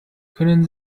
können